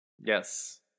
Yes